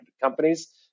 companies